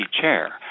chair